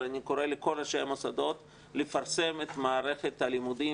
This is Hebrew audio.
אבל אני קורא לכל ראשי המוסדות לפרסם את מערכת הלימודים